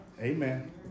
Amen